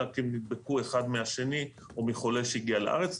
אלא כי הם נדבקו אחד מהשני או מחולה שהגיע לארץ.